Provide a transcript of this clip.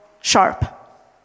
sharp